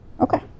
Okay